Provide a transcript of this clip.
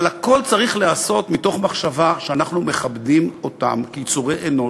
אבל הכול צריך להיעשות מתוך מחשבה שאנחנו מכבדים אותם כיצורי אנוש.